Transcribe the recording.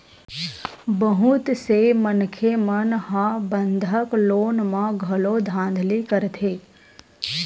बहुत से मनखे मन ह बंधक लोन म घलो धांधली करथे